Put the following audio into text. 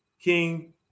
King